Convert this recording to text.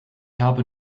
habe